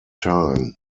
time